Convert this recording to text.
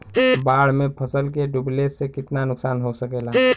बाढ़ मे फसल के डुबले से कितना नुकसान हो सकेला?